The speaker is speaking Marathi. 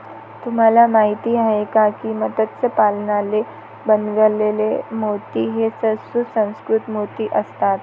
तुम्हाला माहिती आहे का की मत्स्य पालनाने बनवलेले मोती हे सुसंस्कृत मोती असतात